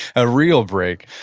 a real break.